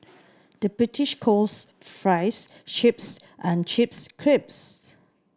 the British calls fries chips and chips crisps